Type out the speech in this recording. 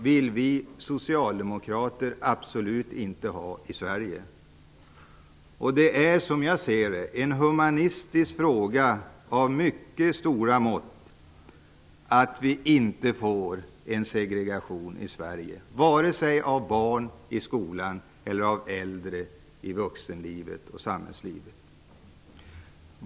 Vi socialdemokrater vill absolut inte ha en segregation av barn i Sverige. Som jag ser det är det en humanistisk fråga av mycket stora mått att vi inte får en segregation i Sverige, vare sig av barn i skolan eller av äldre i vuxenlivet och samhällslivet.